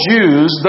Jews